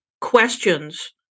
questions